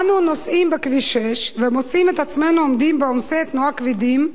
אנו נוסעים בכביש 6 ומוצאים את עצמנו עומדים בעומסי תנועה כבדים,